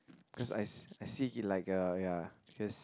cause I see I see he like a ya cause